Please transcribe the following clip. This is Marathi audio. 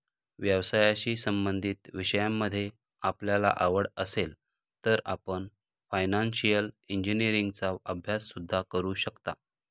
व्यवसायाशी संबंधित विषयांमध्ये आपल्याला आवड असेल तर आपण फायनान्शिअल इंजिनीअरिंगचा अभ्यास सुद्धा करू शकता